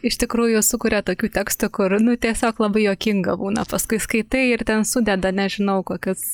iš tikrųjų sukuria tokių tekstų kur nu tiesiog labai juokinga būna paskui skaitai ir ten sudeda nežinau kokius